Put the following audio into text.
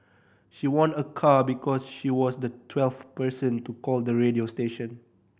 she won a car because she was the twelfth person to call the radio station